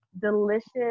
delicious